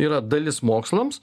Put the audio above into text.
yra dalis mokslams